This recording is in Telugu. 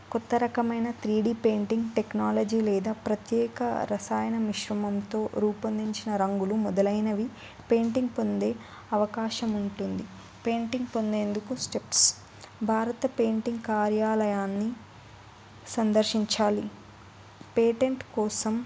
కొత్తరకమైన త్రీ డీ పెయింటింగ్ టెక్నాలజీ లేదా ప్రత్యేక రసాయన మిశ్రమంతో రూపొందించిన రంగులు మొదలైనవి పెయింటింగ్ పొందే అవకాశం ఉంటుంది పెయింటింగ్ పొందేందుకు స్టెప్స్ భారత పెయింటింగ్ కార్యాలయాన్ని సందర్శించాలి పేటెంట్ కోసం